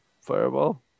fireball